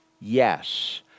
Yes